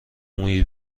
مویی